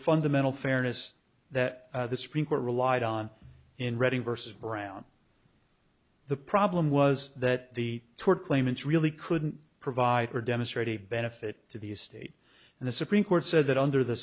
fundamental fairness that the supreme court relied on in reading vs brown the problem was that the tort claimants really couldn't provide her demonstrate a benefit to the state and the supreme court said that under the